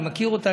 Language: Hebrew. אני מכיר אותה,